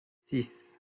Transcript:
six